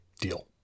Deal